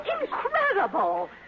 Incredible